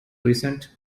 recent